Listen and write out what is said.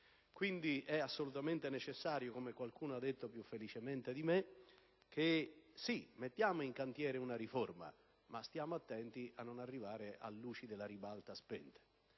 quindi assolutamente necessario, come qualcuno ha detto più felicemente di me, che si metta bensì in cantiere una riforma, ma stando attenti a non arrivare a luci della ribalta spente.